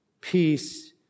Peace